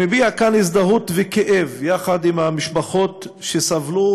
אני מביע כאן הזדהות וכאב עם המשפחות שסבלו